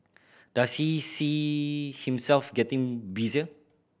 does he see himself getting busier